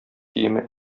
киеме